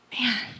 Man